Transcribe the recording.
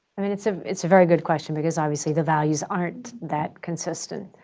i mean it's ah it's a very good question because obviously the values aren't that consistent.